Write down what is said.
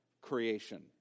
creation